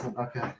okay